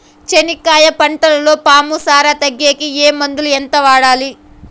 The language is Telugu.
చెనక్కాయ పంటలో పాము సార తగ్గేకి ఏ మందులు? ఎంత వాడాలి?